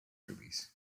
rubies